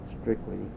strictly